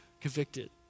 Convicted